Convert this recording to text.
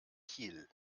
kiel